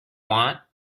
want